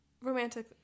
romantic